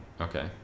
Okay